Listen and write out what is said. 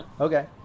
Okay